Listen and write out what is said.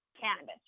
cannabis